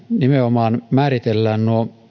nimenomaan määritellään